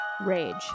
Rage